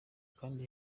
kandi